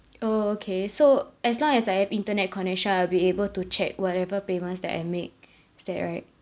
orh okay so as long as I have internet connection I'll be able to check whatever payments that I make is that right